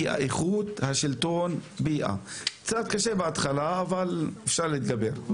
אלביעה, קצת קשה בהתחלה אבל אפשר להתגבר.